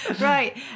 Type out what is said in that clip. Right